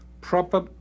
Proper